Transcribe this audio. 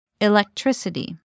Electricity